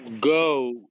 go